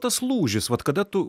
tas lūžis vat kada tu